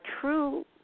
true